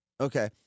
Okay